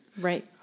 Right